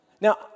Now